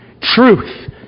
truth